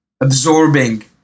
absorbing